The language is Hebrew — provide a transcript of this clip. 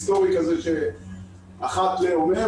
לא היסטורי שאחת לכמה זמן אומר.